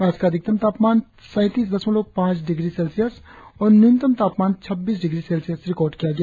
आज का अधिकतम तापमान सैंतीस दशमलव पाच डिग्री सेल्सियस और न्यूनतम तापमान छब्बीस डिग्री सेल्सियस रिकार्ड किया गया